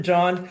John